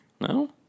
No